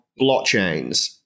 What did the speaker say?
blockchains